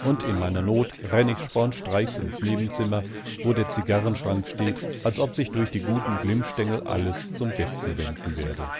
und in meiner not renn ich spornstreichs ins nebenzimmer wo der zigarrenschrank steht als ob sich durch die guten glimmstengel alles zum besten wenden werde